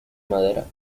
madera